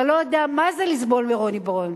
אתה לא יודע מה זה לסבול מרוני בר-און.